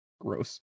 Gross